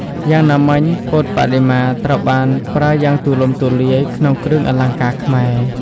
យ៉ាងណាមិញពុទ្ធបដិមាត្រូវបានប្រើយ៉ាងទូលំទូលាយក្នុងគ្រឿងអលង្ការខ្មែរ។